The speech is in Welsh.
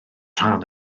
rhan